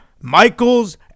Michaels